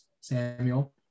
Samuel